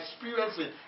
experiencing